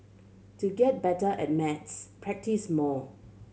to get better at maths practise more